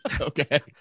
Okay